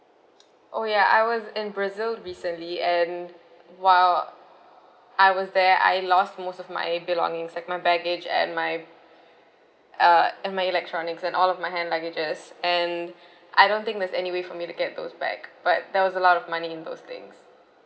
oh ya I was in brazil recently and while I was there I lost most of my belongings like my baggage and my uh and my electronics and all of my hand luggages and I don't think there's any way for me to get those back but there was a lot of money in those things